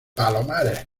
palomares